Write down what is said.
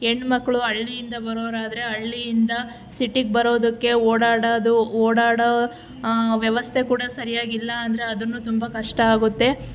ಹೆಣ್ಣುಮಕ್ಳು ಹಳ್ಳಿಯಿಂದ ಬರೋರಾದರೆ ಹಳ್ಳಿಯಿಂದ ಸಿಟಿಗೆ ಬರೋದಕ್ಕೆ ಓಡಾಡೋದು ಓಡಾಡೋ ವ್ಯವಸ್ಥೆ ಕೂಡ ಸರಿಯಾಗಿಲ್ಲ ಅಂದರೆ ಅದುನೂ ತುಂಬ ಕಷ್ಟ ಆಗುತ್ತೆ